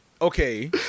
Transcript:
Okay